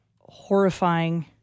horrifying